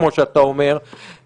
כמו שאתה אומר,